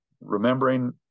remembering